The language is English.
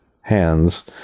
hands